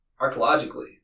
archaeologically